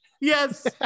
Yes